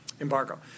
embargo